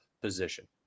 position